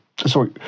sorry